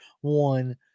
one